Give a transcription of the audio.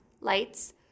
lights